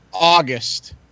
August